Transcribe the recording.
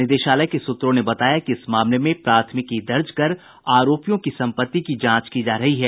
निदेशालय के सूत्रों ने बताया कि इस मामले में प्राथमिकी दर्ज कर आरोपियों की संपत्ति की जांच की जा रही है